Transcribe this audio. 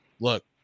look